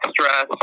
stress